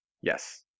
yes